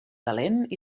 talent